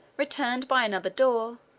returned by another door,